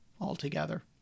altogether